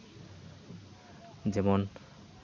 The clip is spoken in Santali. ᱡᱮᱢᱚᱱ